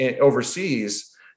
overseas